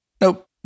Nope